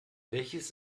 welches